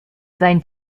sein